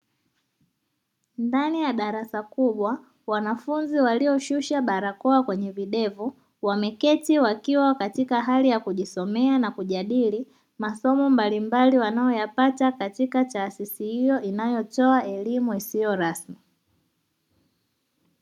Ndani ya darasa kubwa wanafunzi walioshusha barakoa kwenye videvu wameketi wakiwa katika hali ya kujisomea na kujadili masomo mbalimbali wanayoyapata katika taasisi hiyo inayotoa elimu isiyo rasmi.